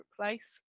place